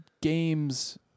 games